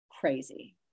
crazy